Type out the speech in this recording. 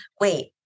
Wait